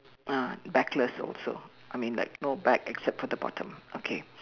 ah backless also I mean like no back except for the bottom okay